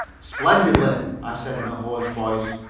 splendidly, i said in a hoarse voice.